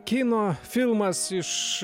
kino filmas iš